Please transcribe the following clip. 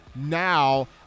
Now